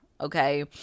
okay